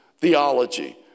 theology